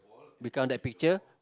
we count that picture